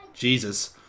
Jesus